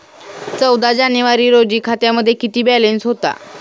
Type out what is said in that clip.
चौदा जानेवारी रोजी खात्यामध्ये किती बॅलन्स होता?